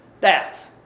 death